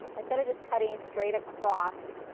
instead of just cutting straight across